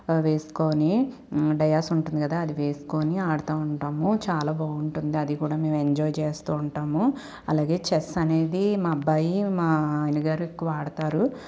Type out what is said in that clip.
వేసుకొని డయాస్ ఉంటుంది కదా అది వేసుకొని ఆడుతూ ఉంటాము చాలా బాగుంటుంది అది కూడా మేము ఎంజాయ్ చేస్తూ ఉంటాము అలాగే చెస్ అనేది మా అబ్బాయి మా అయన గారు ఎక్కువ ఆడుతారు